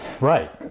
Right